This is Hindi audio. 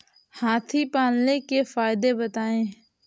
हाथी पालने के फायदे बताए?